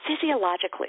physiologically